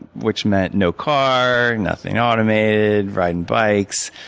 which meant no car, nothing automated riding bikes,